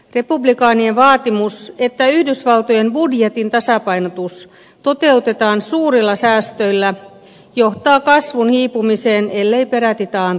republikaanien vaatimus että yhdysvaltojen budjetin tasapainotus toteutetaan suurilla säästöillä johtaa kasvun hiipumiseen ellei peräti taantumaan